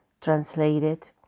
translated